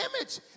image